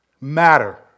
matter